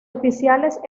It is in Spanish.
oficiales